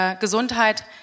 Gesundheit